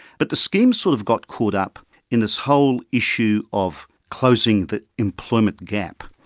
but the scheme sort of got caught up in this whole issue of closing the employment gap,